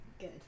Good